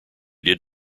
did